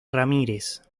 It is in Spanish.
ramírez